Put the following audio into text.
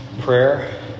prayer